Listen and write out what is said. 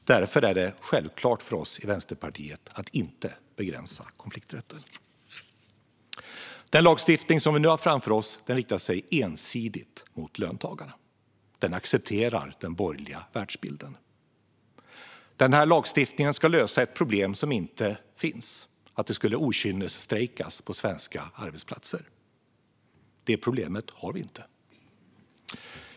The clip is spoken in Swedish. Det är därför självklart för oss i Vänsterpartiet att inte begränsa konflikträtten. Den lagstiftning som vi nu har framför oss riktar sig ensidigt mot löntagarna. Den accepterar den borgerliga världsbilden. Denna lagstiftning ska lösa ett problem som inte finns, det vill säga att det okynnesstrejkas på svenska arbetsplatser. Detta problem har vi inte.